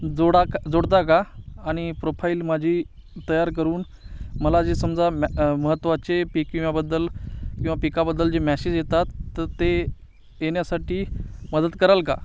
जोडा जोडता का आणि प्रोफाईल माझी तयार करून मला जे समजा मॅ महत्त्वाचे पीक विमाबद्दल किंवा पिकाबद्दल जे मॅसेज येतात तर ते येण्यासाठी मदत कराल का